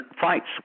fights